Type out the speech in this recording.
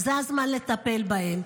זה יהיה הזמן לטפל בהם.